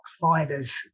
fighters